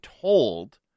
told